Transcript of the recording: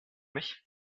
mich